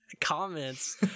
comments